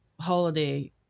holiday